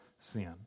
sin